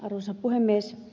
arvoisa puhemies